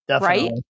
Right